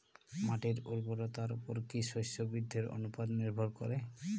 মাটির উর্বরতার উপর কী শস্য বৃদ্ধির অনুপাত নির্ভর করে?